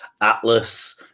Atlas